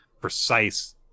precise